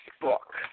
book